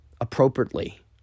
appropriately